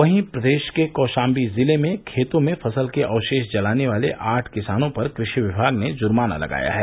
वहीं प्रदेश के कौशाम्बी जिले में खेतों में फसल के अवशेष जलाने वाले आठ किसानों पर कृषि विभाग ने जुर्माना लगाया है